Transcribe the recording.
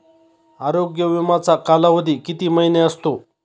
आरोग्य विमाचा कालावधी किती महिने असतो?